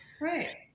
right